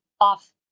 off